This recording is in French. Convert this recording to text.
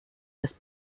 passe